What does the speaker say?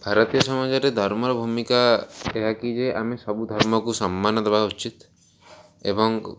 ଭାରତୀୟ ସମାଜରେ ଧର୍ମର ଭୂମିକା ଏହା କି ଯେ ଆମେ ସବୁ ଧର୍ମକୁ ସମ୍ମାନ ଦେବା ଉଚିତ୍ ଏବଂ